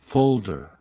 Folder